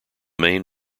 main